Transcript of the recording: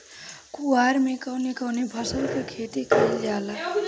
कुवार में कवने कवने फसल के खेती कयिल जाला?